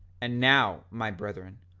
and now, my brethren,